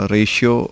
Ratio